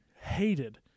hated